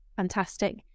Fantastic